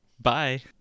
Bye